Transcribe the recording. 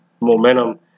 momentum